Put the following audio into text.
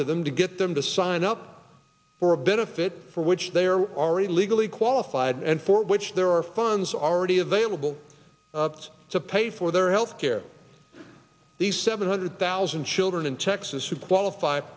to them to get them to sign up for a benefit for which they are already legally qualified and for which there are funds already available to pay for their health care the seven hundred thousand children in texas who qualif